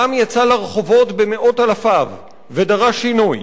העם יצא לרחובות במאות אלפיו ודרש: שינוי,